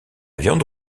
viande